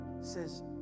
says